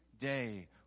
day